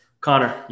Connor